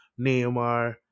Neymar